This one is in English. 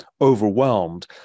overwhelmed